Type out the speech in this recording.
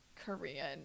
Korean